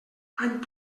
any